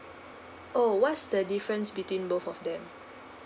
oh what's the difference between both of them